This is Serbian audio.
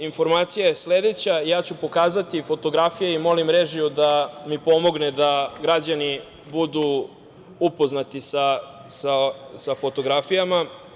Informacija je sledeća, ja ću pokazati fotografije i molim režiju da mi pomogne da građani budu upoznati sa fotografijama.